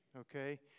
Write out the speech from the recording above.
okay